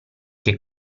che